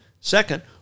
Second